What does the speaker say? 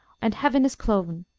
and heaven is cloven.